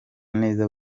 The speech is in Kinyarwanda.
neza